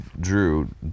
Drew